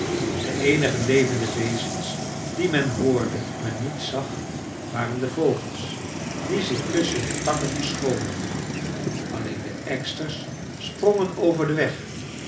de eenige levende wezens die men hoorde maar niet zag waren de vogels die zich tusschen de takken verscholen alleen de eksters sprongen over den weg